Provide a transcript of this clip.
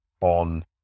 on